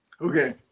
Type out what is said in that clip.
okay